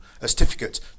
certificate